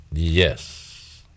Yes